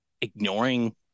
ignoring